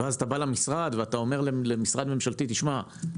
ואז אתה בא למשרד ואתה אומר למשרד ממשלתי "תשמע,